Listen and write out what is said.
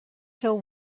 till